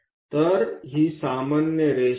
तर हे सामान्य रेषा आहे